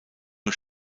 nur